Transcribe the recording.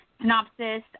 synopsis